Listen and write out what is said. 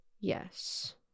Yes